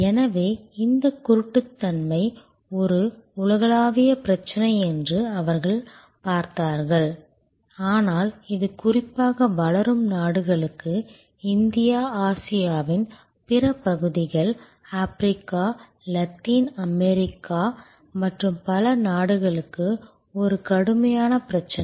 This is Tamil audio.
எனவே இந்த குருட்டுத்தன்மை ஒரு உலகளாவிய பிரச்சனை என்று அவர்கள் பார்த்தார்கள் ஆனால் இது குறிப்பாக வளரும் நாடுகளுக்கு இந்தியா ஆசியாவின் பிற பகுதிகள் ஆப்பிரிக்கா லத்தீன் அமெரிக்கா மற்றும் பல நாடுகளுக்கு ஒரு கடுமையான பிரச்சனை